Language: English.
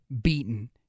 beaten